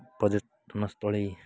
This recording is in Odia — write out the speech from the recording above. ପର୍ଯ୍ୟଟନସ୍ଥଳୀ